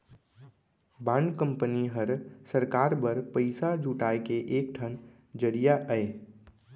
bond company हर सरकार बर पइसा जुटाए के एक ठन जरिया अय